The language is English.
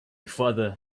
father